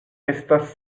estas